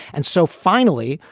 and so finally,